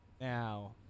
Now